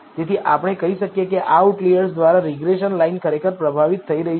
તેથી આપણે કહી શકીએ કે આ આઉટલિઅર્સ દ્વારા રીગ્રેસન લાઈન ખરેખર પ્રભાવિત થઈ રહી છે